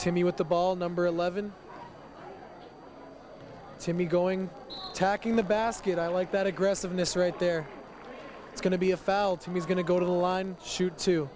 to me with the ball number eleven to me going tacking the basket i like that aggressiveness right there it's going to be a foul to me is going to go to the line shoot t